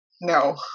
No